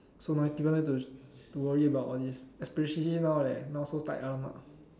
so now people no need to worry about all this especially now that now so tight one ah